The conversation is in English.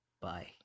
Bye